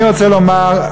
אני רוצה לומר,